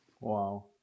wow